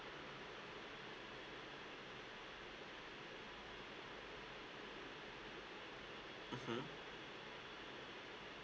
mmhmm